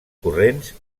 corrents